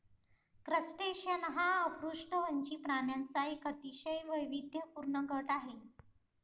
crustacean हा अपृष्ठवंशी प्राण्यांचा एक अतिशय वैविध्यपूर्ण गट आहे